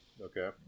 Okay